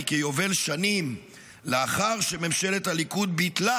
כיובל שנים לאחר שממשלת הליכוד ביטלה